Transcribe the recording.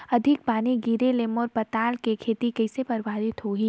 अधिक पानी गिरे ले मोर पताल के खेती कइसे प्रभावित होही?